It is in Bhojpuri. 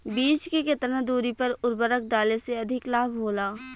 बीज के केतना दूरी पर उर्वरक डाले से अधिक लाभ होला?